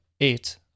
eight